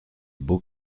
beaux